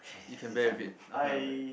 you can bear with it I cannot bear with it